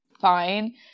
fine